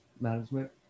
management